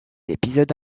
épisode